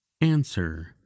answer